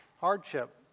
hardship